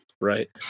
right